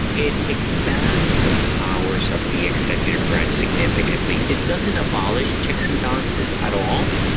it expands the powers of the executive branch significantly. it doesn't abolish checks and balances at all,